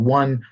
one